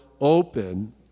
open